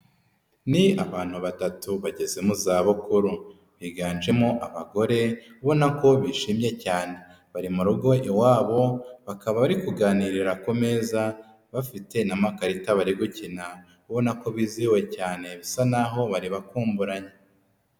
Ni abantu batatu bageze mu zabukuru biganjemo abagore, ubona ko bishimye cyane, bari mu rugo iwabo bakaba bari kuganirira ku meza bafite n'amakarita bari gukina, ubona ko bizihiwe cyane bisa naho bari bakumburanye.